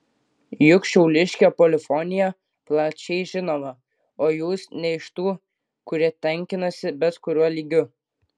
juk šiauliškė polifonija plačiai žinoma o jūs ne iš tų kurie tenkinasi bet kuriuo lygiu